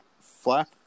flap